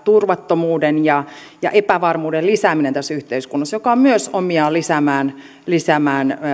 turvattomuuden ja ja epävarmuuden lisääminen yhteiskunnassa tässä tilanteessa koska se on myös omiaan lisäämään lisäämään